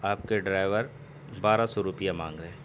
آپ کے ڈرائیور بارہ سو روپیہ مانگ رہے